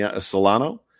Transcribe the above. solano